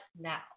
now